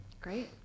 great